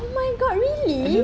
oh my god really